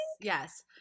yes